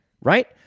Right